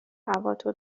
هواتو